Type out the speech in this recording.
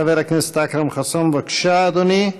חבר הכנסת אכרם חסון, בבקשה, אדוני.